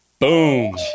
Boom